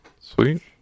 Sweet